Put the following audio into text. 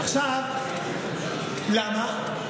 למה?